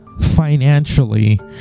financially